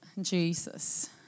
Jesus